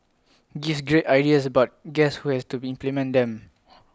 gives great ideas but guess who has to be implement them